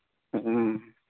ᱦᱮᱸ